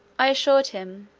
i assured him,